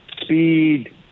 speed